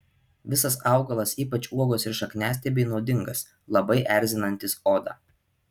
visas augalas ypač uogos ir šakniastiebiai nuodingas labai erzinantis odą